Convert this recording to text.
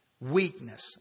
weakness